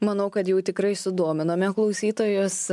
manau kad jau tikrai sudominome klausytojus